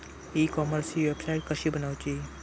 E कॉमर्सची website कशी बनवची?